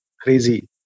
crazy